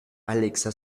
alexa